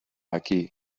aquí